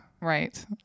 right